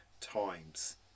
times